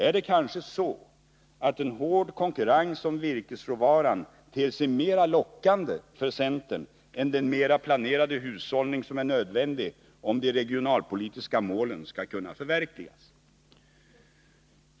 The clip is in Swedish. Är det kanske så, att en hård konkurrens om virkesråvaran ter sig mer lockande för centern än den mer planerade hushållning som är nödvändig, om de regionalpolitiska målen skall kunna förverkligas?